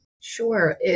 Sure